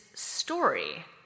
Story